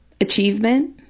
Achievement